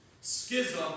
Schism